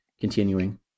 continuing